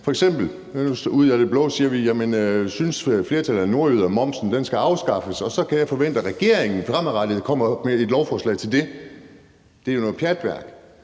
f.eks. ud af det blå spørge, om flertallet af nordjyder synes, at momsen skal afskaffes, og kan jeg så forvente, at regeringen fremadrettet kommer med et lovforslag til det? Det er jo noget pjatværk,